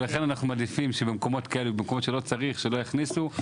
ולכן אנחנו מעדיפים שבמקומות שלא צריך שלא יכניסו.